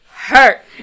Hurt